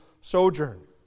sojourn